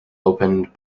opened